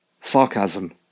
sarcasm